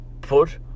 put